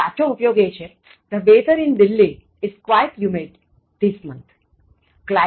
સાચો ઉપયોગ છે The weather in Delhi is quite humid this month